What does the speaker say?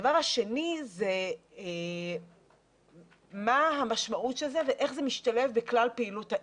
הדבר השני זה מה המשמעות של זה ואיך זה משתלב בכלל פעילות העיר.